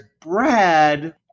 Brad